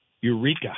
Eureka